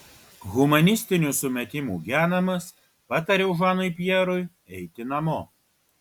humanistinių sumetimų genamas patariau žanui pjerui eiti namo